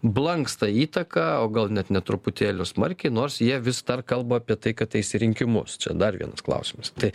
blanksta įtaka o gal net nė truputėlį smarkiai nors jie vis dar kalba apie tai kad eis į rinkimus čia dar vienas klausimas tai